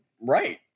right